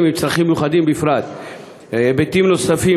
עם צרכים מיוחדים בפרט היבטים נוספים,